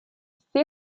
всі